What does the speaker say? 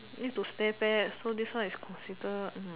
need to stay back so this one is considered